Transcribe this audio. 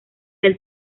del